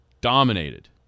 Dominated